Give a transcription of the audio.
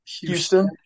Houston